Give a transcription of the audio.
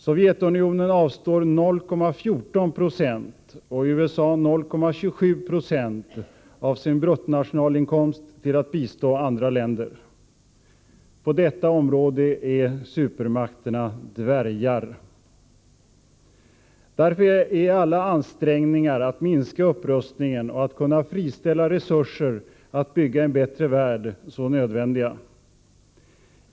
Sovjetunionen avstår 0,14 96 och USA 0,27 20 av sin bruttonationalinkomst till att bistå andra länder. På detta område är supermakterna dvärgar. Därför är alla ansträngningar att minska upprustningen för att kunna friställa resurser att bygga en bättre värld så nödvändiga.